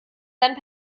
seinen